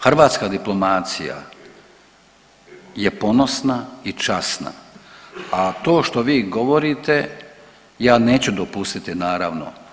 Hrvatska diplomacija je ponosna i časna, a to što vi govorite ja neću dopustiti naravno.